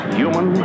human